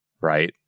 right